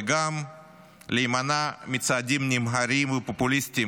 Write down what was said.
וגם להימנע מצעדים נמהרים ופופוליסטיים